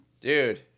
dude